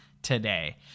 Today